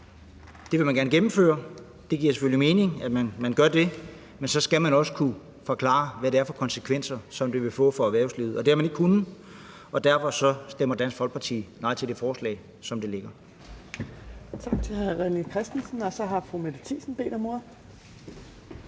som man gerne vil gennemføre. Det giver selvfølgelig mening, at man gør det, men så skal man også kunne forklare, hvilke konsekvenser det vil få for erhvervslivet. Det har man ikke kunnet. Derfor stemmer Dansk Folkeparti nej til forslaget, som det ligger.